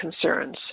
concerns